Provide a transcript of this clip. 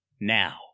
now